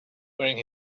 wearing